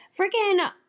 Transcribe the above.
freaking